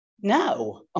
no